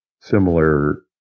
similar